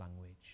language